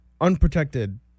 unprotected